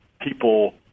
people